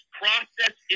process